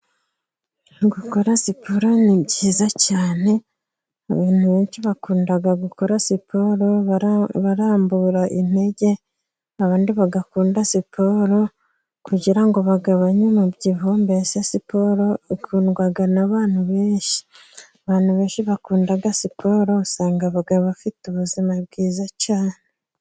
Gukora siporo ni byiza cyane, abantu benshi bakunda gukora siporo, barambura intege, abandi bagakunda siporo kugira ngo bagabanye umubyibuho, mbese siporo ikundwa n'abantu benshi. Abantu benshi bakunda siporo, usanga abagabo bafite ubuzima bwiza cyane.